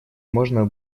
можно